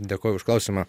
dėkoju už klausimą